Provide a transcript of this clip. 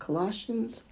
Colossians